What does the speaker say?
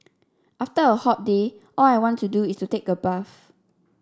after a hot day all I want to do is take a bath